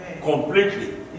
completely